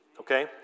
Okay